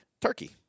Turkey